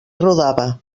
rodava